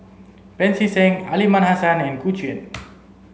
Pancy Seng Aliman Hassan and Gu Juan